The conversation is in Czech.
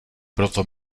proto